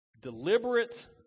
deliberate